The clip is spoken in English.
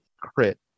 Crit